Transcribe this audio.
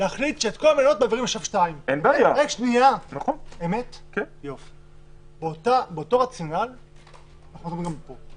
להחליט שאפשר כבר בשלב 2. באותו רציונל אנחנו מדברים גם פה.